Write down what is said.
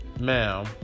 Ma'am